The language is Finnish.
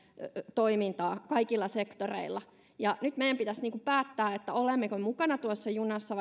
toimintaan kaikilla sektoreilla ja nyt meidän pitäisi päättää olemmeko me mukana tuossa junassa